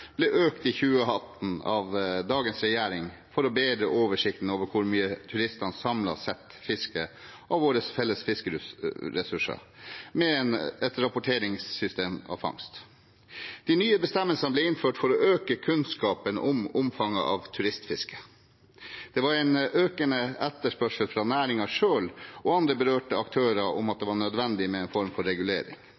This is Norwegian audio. ble i 2018 økt av dagens regjering, for å bedre oversikten over hvor mye turistene samlet sett fisker av våre felles fiskeressurser, sammen med et rapporteringssystem for fangst. De nye bestemmelsene ble innført for å øke kunnskapen om omfanget av turistfiske. Det var en økende etterspørsel fra næringen selv og andre berørte aktører om at det